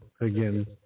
again